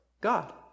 God